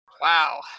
Wow